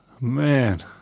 Man